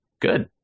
good